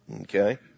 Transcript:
Okay